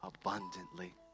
abundantly